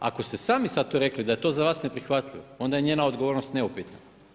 Ako ste sami sada to rekli da je to za vas neprihvatljivo onda je njena odgovornost neupitna.